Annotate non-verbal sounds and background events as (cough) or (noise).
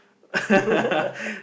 (laughs)